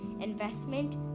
investment